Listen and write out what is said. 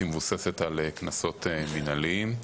שהיא מבוססת על קנסות מנהליים.